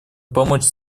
помочь